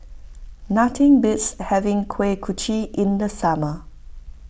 nothing beats having Kuih Kochi in the summer